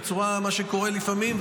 כמו מה שקורה לפעמים.